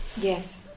yes